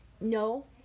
No